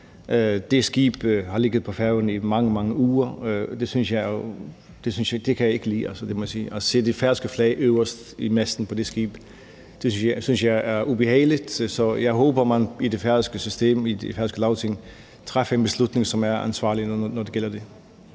Det skib har ligget på Færøerne i mange, mange uger, og det kan jeg ikke lide. Altså, det må jeg sige. At se det færøske flag øverst i masten på det skib synes jeg er ubehageligt, så jeg håber, at man i det færøske system, i det færøske Lagting, træffer en beslutning, som er ansvarlig, når det gælder det.